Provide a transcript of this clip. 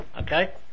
Okay